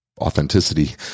authenticity